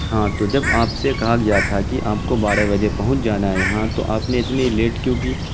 ہاں تو جب آپ سے کہا گیا تھا کہ آپ کو بارہ بجے پہنچ جانا ہے یہاں تو آپ نے اتنی لیٹ کیوں کی